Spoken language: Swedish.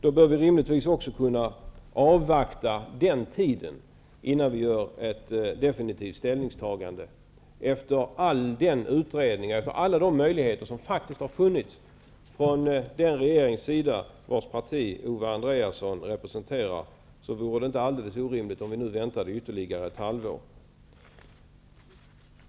Då bör vi också kunna avvakta den tiden, innan vi gör ett definitivt ställningstagande. Efter alla de möjligheter som faktiskt funnits för den regering vars parti Ove Andréasson representerar är det inte alldeles orimligt om vi nu avvaktar ytterligae ett halvår.